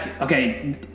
okay